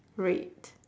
rate